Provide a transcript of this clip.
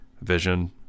Vision